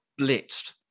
blitzed